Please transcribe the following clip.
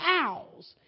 owls